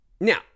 now